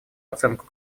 оценку